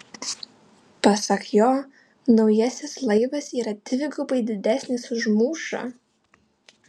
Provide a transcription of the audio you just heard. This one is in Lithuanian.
pasak jo naujasis laivas yra dvigubai didesnis už mūšą